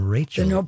Rachel